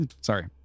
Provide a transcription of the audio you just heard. Sorry